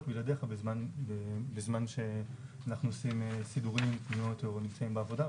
בלעדיך בזמן שאנחנו עושים סידורים וקניות או נמצאים בעבודה,